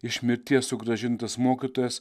iš mirties sugrąžintas mokytojas